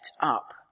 up